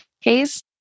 case